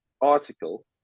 article